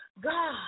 God